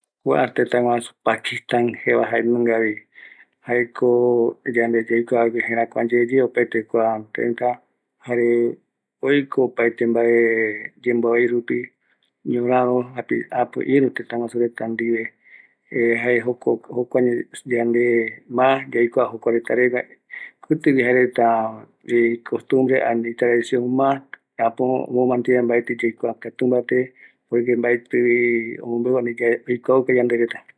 Pakistan peguareta jaereta jaeko jaereta icultura jae islan jare herencia mongole imusica reta jaeko jae jokuareta ramono jare jemimonde reta jaeko oyoavɨno jaereta iporomboete yaeno jae kua guiɨnoi kua reta